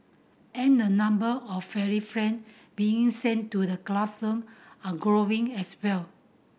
and the number of furry friend being sent to the classroom are growing as well